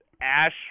ash